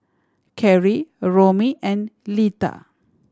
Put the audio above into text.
Kerry Romie and Litha